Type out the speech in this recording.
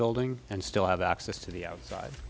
building and still have access to the outside